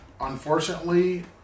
unfortunately